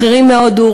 בכירים מהודו,